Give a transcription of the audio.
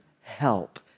help